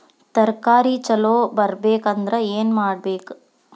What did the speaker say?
ತರಕಾರಿ ಛಲೋ ಬರ್ಬೆಕ್ ಅಂದ್ರ್ ಏನು ಮಾಡ್ಬೇಕ್?